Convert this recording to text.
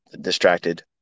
distracted